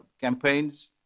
campaigns